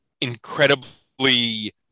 incredibly